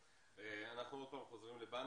שוב חוזרים לבנקים.